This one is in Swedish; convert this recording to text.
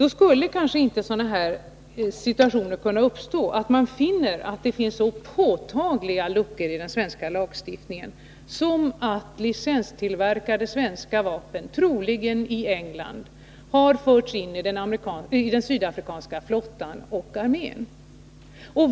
Då skulle kanske inte sådana här situationer kunna uppstå, nämligen att licenstillverkade — troligen i England — svenska vapen har förts in i den sydafrikanska flottan och armén.